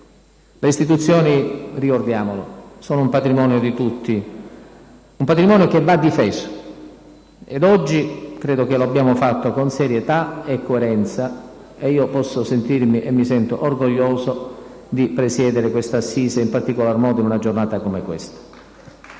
Le istituzioni - ricordiamolo - sono un patrimonio di tutti, che va difeso. Ed oggi credo che lo abbiamo fatto con serietà e coerenza, e io posso sentirmi e mi sento orgoglioso di presiedere questa assise, in particolar modo in una giornata come questa.